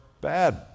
bad